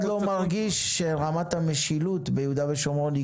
שמרגיש שרמת המשילות ביהודה ושומרון היא